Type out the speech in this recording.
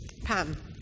Pam